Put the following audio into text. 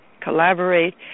collaborate